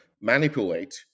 manipulate